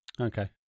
Okay